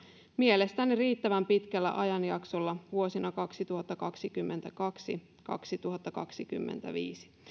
mielestäni riittävän pitkällä ajanjaksolla vuosina kaksituhattakaksikymmentäkaksi viiva kaksituhattakaksikymmentäviisi